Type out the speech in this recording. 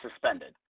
suspended